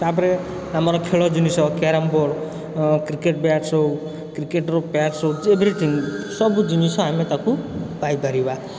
ତା'ପରେ ଆମର ଖେଳ ଜିନିଷ କ୍ୟାରମବୋର୍ଡ଼୍ ଅଁ କ୍ରିକେଟ୍ ବ୍ୟାଚ୍ ହେଉ କ୍ରିକେଟ୍ର ପ୍ୟାକ୍ସ୍ ହେଉ ଏଭରିଥିଙ୍ଗ୍ ସବୁ ଜିନିଷ ଆମେ ତାକୁ ପାଇପାରିବା